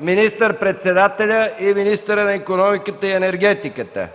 министър-председателят и министърът на икономиката и енергетиката